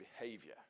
behavior